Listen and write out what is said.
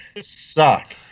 suck